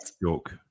joke